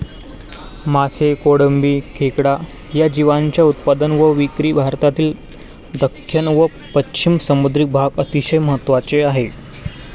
मासे, कोळंबी, खेकडा या जीवांच्या उत्पादन व विक्री भारतातील दख्खन व पश्चिम समुद्री भाग अतिशय महत्त्वाचे आहे